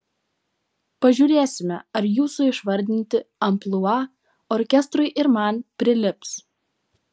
pažiūrėsime ar jūsų išvardinti amplua orkestrui ir man prilips